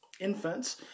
infants